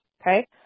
Okay